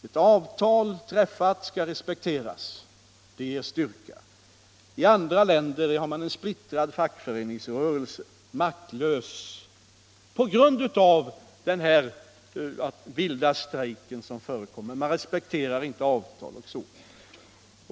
Ett träffat avtal skall respekteras. I andra länder finns en splittrad fackföreningsrörelse — maktlös på grund av att vilda strejker förekommer och avtalen inte respekteras.